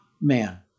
man